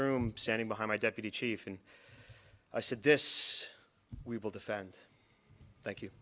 room standing behind my deputy chief and i said this we will defend thank you